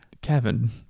Kevin